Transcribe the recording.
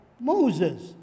Moses